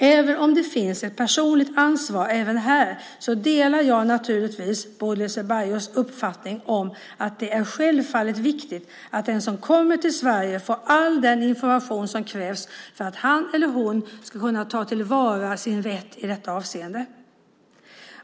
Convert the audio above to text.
Även om det finns ett personligt ansvar även här delar jag naturligtvis Bodil Ceballos uppfattning om att det självfallet är viktigt att den som kommer till Sverige får all den information som krävs för att han eller hon ska kunna ta till vara sin rätt i detta avseende.